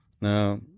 Now